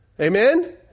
Amen